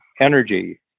energy